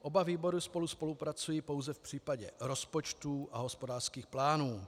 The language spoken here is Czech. Oba výbory spolu spolupracují pouze v případě rozpočtů a hospodářských plánů.